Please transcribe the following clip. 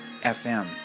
fm